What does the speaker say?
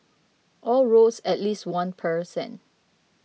all rose at least one percent